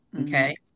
okay